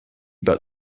but